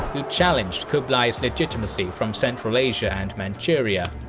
who challenged kublai's legitimacy from central asia and manchuria,